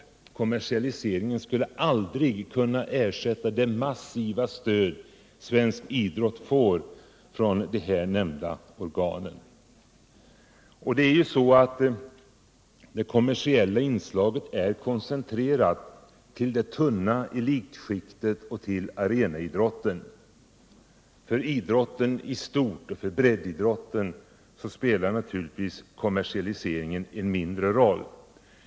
En ökad kommersialisering skulle aldrig kunna ersätta det massiva stöd svensk idrott får från olika samhällsorgan. Det kommersiella inslaget är koncentrerat till det tunna elitskiktet och till arenaidrotten. För idrotten i stort och för breddidrotten spelar naturligtvis kommersialiseringen en mindre roll.